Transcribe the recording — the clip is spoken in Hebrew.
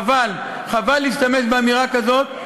חבל, חבל להשתמש באמירה כזאת.